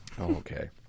Okay